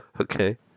Okay